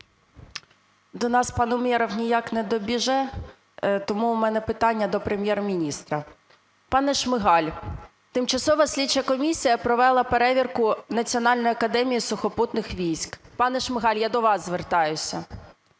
До нас пан Умєров ніяк не добіжить, тому в мене питання до Прем’єр-міністра. Пане Шмигаль, тимчасова слідча комісія провела перевірку Національної академії сухопутних військ. Пане Шмигаль, я до вас звертаюся.